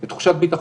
זה תחושת ביטחון.